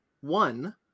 One